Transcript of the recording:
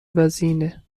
وزینه